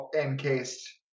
encased